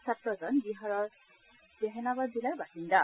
ছাত্ৰজন বিহাৰৰ জেহানাবাদ জিলাৰ বাসিন্দা